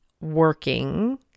working